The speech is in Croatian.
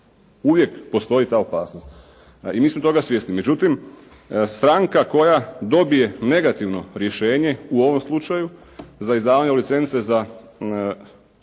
Uvijek postoji ta opasnost i mi smo toga svjesni. Međutim stranka koja dobije negativno rješenje u ovom slučaju za izdavanje licence za detektiva